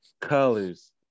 Colors